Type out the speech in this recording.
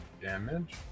damage